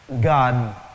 God